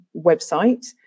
website